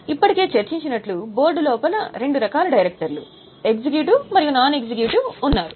ఇప్పటికే చర్చించినట్లు బోర్డు లోపల 2 రకాల డైరెక్టర్లు ఎగ్జిక్యూటివ్ మరియు నాన్ ఎగ్జిక్యూటివ్ ఉన్నారు